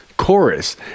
chorus